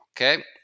Okay